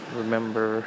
remember